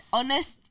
honest